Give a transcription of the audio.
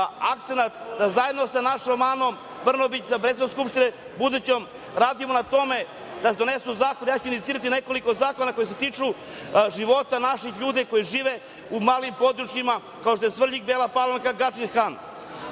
akcenat da zajedno sa našom Anom Brnabić, sa predsednicom Skupštine budućom, radimo na tome da se donesu zakoni. Ja ću inicirati nekoliko zakona koji se tiču života naših ljudi koji žive u malim područjima kao što je Svrljig, Bela Palanka, Gadžin Han.